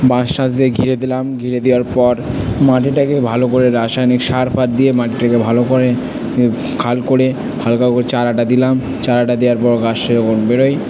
বাঁশ টাস দিয়ে ঘিরে দিলাম ঘিরে দেওয়ার পর মাটিটাকে ভালো করে রাসায়নিক সার ফার দিয়ে মাটিটাকে ভালো করে খাল করে হালকা করে চারাটা দিলাম চারাটা দেওয়ার র পর গাছটা যখন বেরোয়